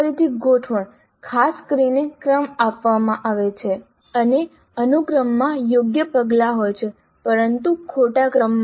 ફરીથી ગોઠવણ ખાસ કરીને ક્રમ આપવામાં આવે છે અને અનુક્રમમાં યોગ્ય પગલાં હોય છે પરંતુ ખોટા ક્રમમાં